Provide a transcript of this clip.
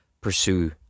pursue